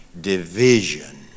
division